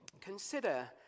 consider